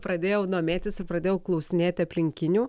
pradėjau domėtis ir pradėjau klausinėti aplinkinių